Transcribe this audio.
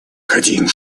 хотим